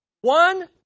one